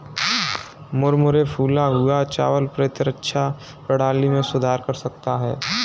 मुरमुरे फूला हुआ चावल प्रतिरक्षा प्रणाली में सुधार करता है